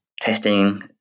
testing